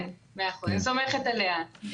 כן, אני סומכת עליה.